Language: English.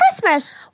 Christmas